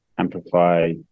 Amplify